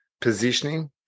positioning